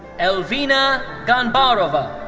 elvnia ganbarova.